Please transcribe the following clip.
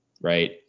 right